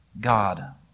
God